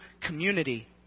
community